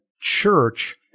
church